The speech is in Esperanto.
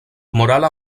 morala